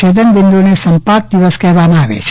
છેદન બિન્દુને સંપાત દિવસ કહેવામાં આવે છે